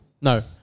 No